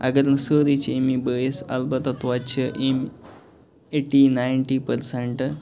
اگر نہٕ سٲرٕے چھِ امے بٲیِس البتہ توتہِ چھِ أمۍ ایٚٹی نَیِنٹی پٔرسَنٛٹ